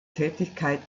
tätigkeit